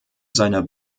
seiner